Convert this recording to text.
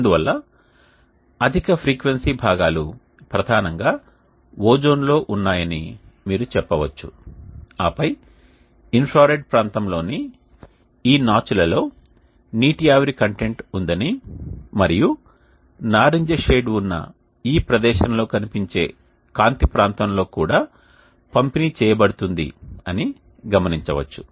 అందువల్ల అధిక ఫ్రీక్వెన్సీ భాగాలు ప్రధానంగా ఓజోన్లో ఉన్నాయని మీరు చెప్పవచ్చు ఆపై ఇన్ఫ్రారెడ్ ప్రాంతంలోని ఈ నాచ్లలో నీటి ఆవిరి కంటెంట్ ఉందని మరియు నారింజ షేడ్ ఉన్న ఈ ప్రదేశంలో కనిపించే కాంతి ప్రాంతంలో కూడా పంపిణీ చేయబడుతుంది అని గమనించవచ్చు